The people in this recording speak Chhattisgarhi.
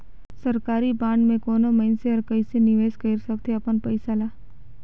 सरकारी बांड में कोनो मइनसे हर कइसे निवेश कइर सकथे अपन पइसा ल